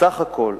בסך הכול.